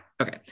Okay